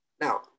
Now